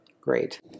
Great